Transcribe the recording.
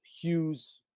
hughes